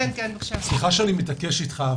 סליחה שאני מתעקש אתך,